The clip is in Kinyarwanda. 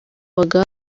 babaga